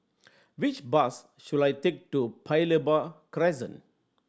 which bus should I take to Paya Lebar Crescent